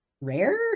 rare